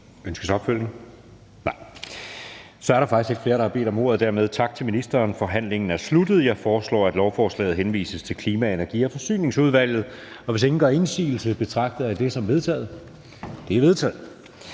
kommentar? Nej. Så er der faktisk ikke flere, der har bedt om ordet, og dermed tak til ministeren. Forhandlingen er sluttet. Jeg foreslår, at lovforslaget henvises til Klima-, Energi- og Forsyningsudvalget. Hvis ingen gør indsigelse, betragter jeg det som vedtaget. Det er vedtaget.